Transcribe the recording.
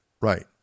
Right